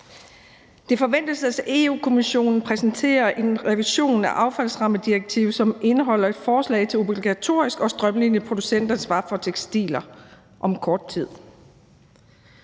Det forventes, at Europa-Kommissionen om kort tid præsenterer en revision af affaldsrammedirektivet, som indeholder et forslag til obligatorisk og strømlinet producentansvar for tekstiler. Derudover